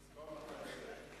בבקשה.